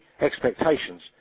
expectations